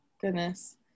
goodness